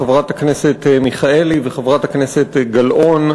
חברת הכנסת מיכאלי וחברת הכנסת גלאון.